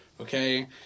Okay